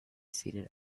seated